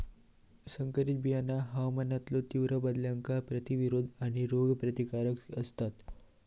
संकरित बियाणा हवामानातलो तीव्र बदलांका प्रतिरोधक आणि रोग प्रतिरोधक आसात